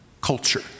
culture